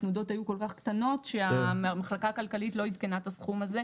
התנודות היו כל כך קטנות שהמחלקה הכלכלית לא עדכנה את הסכום הזה.